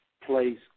place